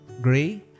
gray